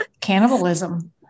Cannibalism